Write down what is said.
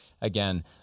again